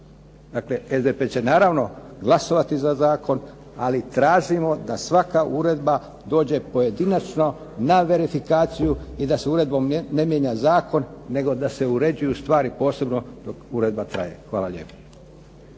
Dakle, SDP će naravno glasovati za zakon, ali tražimo da svaka uredba dođe pojedinačno na verifikaciju i da se uredbom ne mijenja zakon, nego da se uređuju stvari posebno dok uredba traje. Hvala lijepo.